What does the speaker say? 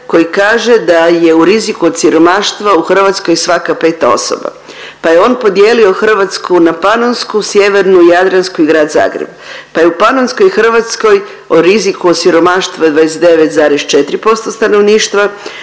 koji kaže da je u riziku od siromaštva u Hrvatskoj svaka peta osoba, pa je on podijelio Hrvatsku na Panonsku, Sjevernu, Jadransku i Grad Zagreb, pa je u Panonskoj Hrvatskoj u riziku od siromaštva 29,4% stanovništva,